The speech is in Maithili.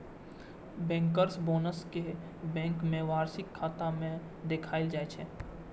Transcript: बैंकर्स बोनस कें बैंक के वार्षिक खाता मे देखाएल जाइ छै